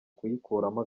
kuyikuramo